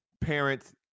parents